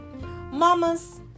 Mamas